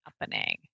happening